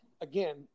again